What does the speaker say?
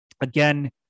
again